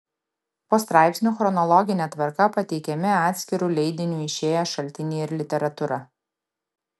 po straipsniu chronologine tvarka pateikiami atskiru leidiniu išėję šaltiniai ir literatūra